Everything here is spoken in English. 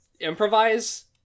improvise